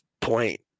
point